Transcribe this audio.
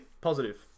positive